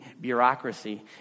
bureaucracy